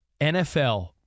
NFL